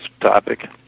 topic